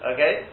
Okay